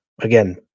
again